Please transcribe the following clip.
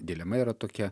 dilema yra tokia